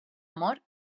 amor